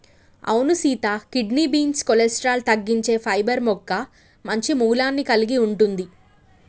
అవును Sita kidney beans cholesterol తగ్గించే fibre మొక్క మంచి మూలాన్ని కలిగి ఉంటుంది